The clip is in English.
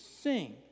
sing